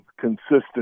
consistent